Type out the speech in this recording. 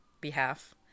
behalf